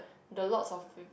the lots of